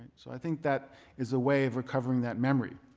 so i think that is a way of recovering that memory.